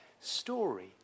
story